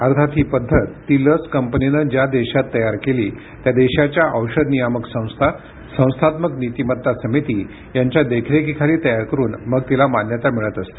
अर्थात ही पद्धत ती लस कंपनीने ज्या देशात तयार केली त्या देशाच्या औषध नियामक संस्था संस्थात्मक नीतिमत्ता संस्था यांच्या देखरेखीखाली तयार करुन मग तिला मान्यता मिळत असते